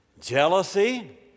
Jealousy